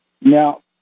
now